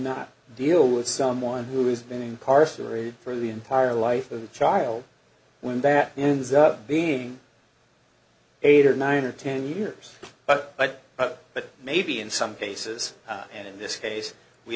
not deal with someone who is been incarcerated for the entire life of a child when that ends up being eight or nine or ten years but but but maybe in some cases and in this case we